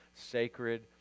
sacred